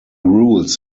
rules